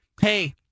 Hey